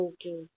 Okay